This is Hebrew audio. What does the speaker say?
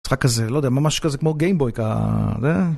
משחק הזה לא יודע מה משהו כזה כמו גיימבוי